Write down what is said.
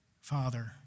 Father